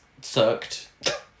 sucked